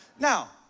Now